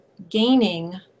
gaining